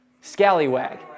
scallywag